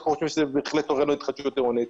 אנחנו חושבים שזה בהחלט תורם להתחדשות עירונית.